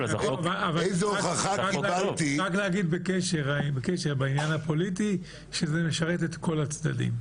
רק להגיד בקשר לעניין הפוליטי שזה משרת את כל הצדדים.